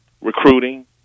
recruiting